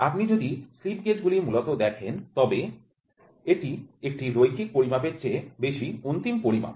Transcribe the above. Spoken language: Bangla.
আপনি যদি স্লিপ গেজ গুলি মূলত দেখেন তবে এটি একটি রৈখিক পরিমাপের চেয়ে বেশি অন্তিম পরিমাপ